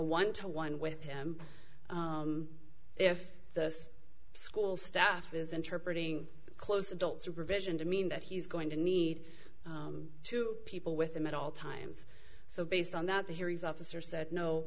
one to one with him if this school staff is interpreting close adult supervision to mean that he's going to need two people with him at all times so based on that that he's officer said no